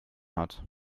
hat